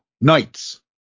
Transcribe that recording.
Knights